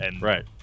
Right